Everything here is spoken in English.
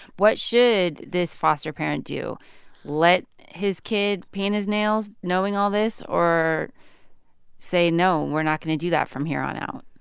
what should this foster parent do let his kid paint his nails knowing all this, or say, no, we're not going to do that from here on out?